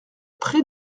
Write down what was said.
près